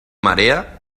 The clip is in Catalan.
marea